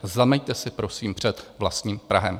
Zameťte si, prosím, před vlastním prahem.